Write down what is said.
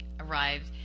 arrived